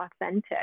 authentic